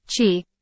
Chi